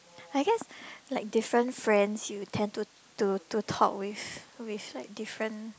I guess like different friends you tend to to to talk with with like different